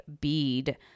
bead